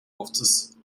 хувцас